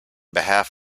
behalf